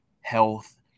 health